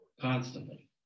constantly